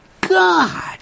God